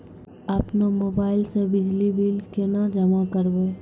अपनो मोबाइल से बिजली बिल केना जमा करभै?